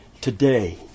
Today